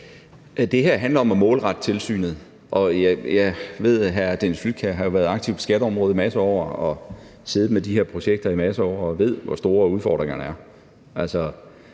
Det her handler om at målrette tilsynet, og jeg ved jo, at hr. Dennis Flydtkjær har været aktiv på skatteområdet i en masse år og har siddet med de her projekter i en masse år og ved, hvor store udfordringerne er.